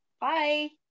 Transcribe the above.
Bye